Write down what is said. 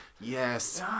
yes